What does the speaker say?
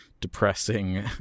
depressing